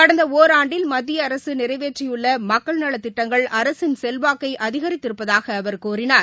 கடந்தஒராண்டில் மத்தியஅரசுநிறைவேற்றியுள்ளமக்கள் நலத் திட்டங்கள் அரசின் செல்வாக்கைஅதிகரித்திருப்பதாகஅவர் கூறினார்